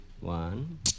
One